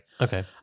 Okay